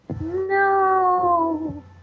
No